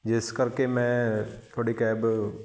ਜਿਸ ਕਰਕੇ ਮੈਂ ਤੁਹਾਡੀ ਕੈਬ